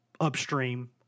upstream